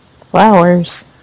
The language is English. Flowers